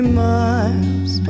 miles